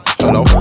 hello